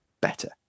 better